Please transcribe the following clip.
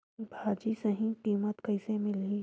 भाजी सही कीमत कइसे मिलही?